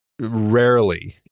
rarely